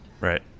right